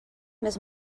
més